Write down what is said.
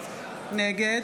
נגד